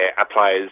applies